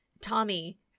Tommy